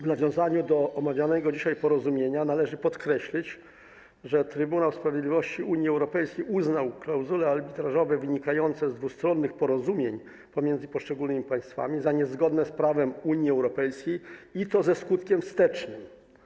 W nawiązaniu do omawianego dzisiaj porozumienia należy podkreślić, że Trybunał Sprawiedliwości Unii Europejskiej uznał klauzule arbitrażowe wynikające z dwustronnych porozumień pomiędzy poszczególnymi państwami za niezgodne z prawem Unii Europejskiej i to ze skutkiem wstecznym.